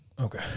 Okay